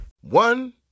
One